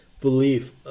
belief